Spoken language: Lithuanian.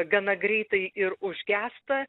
gana greitai ir užgęsta